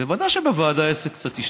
בוודאי שבוועדה העסק קצת ישתנה.